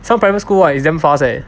some private school ah is damn fast eh